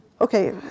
Okay